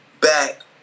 back